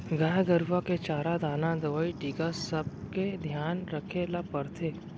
गाय गरूवा के चारा दाना, दवई, टीका सबके धियान रखे ल परथे